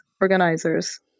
organizers